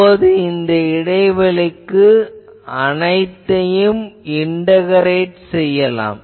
இப்போது இந்த இடைவெளிக்கு அனைத்தையும் இன்டகரெட் செய்யலாம்